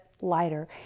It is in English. lighter